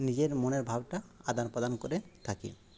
নিজের মনের ভাবটা আদানপ্রদান করে থাকি